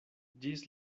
ĝis